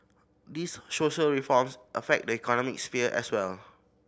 these social reforms affect the economic sphere as well